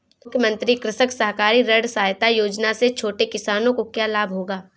मुख्यमंत्री कृषक सहकारी ऋण सहायता योजना से छोटे किसानों को क्या लाभ होगा?